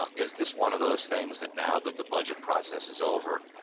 um is this one of those things that now that the budget process is over,